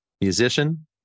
musician